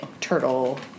turtle